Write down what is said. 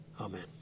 Amen